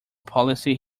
policy